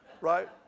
right